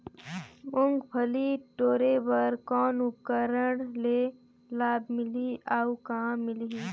मुंगफली टोरे बर कौन उपकरण ले लाभ मिलही अउ कहाँ मिलही?